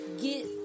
get